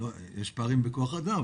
יש פערים בכוח אדם,